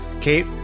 Kate